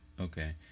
Okay